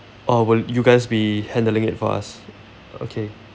or will you guys be handling it for us okay